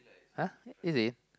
!huh! really